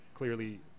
clearly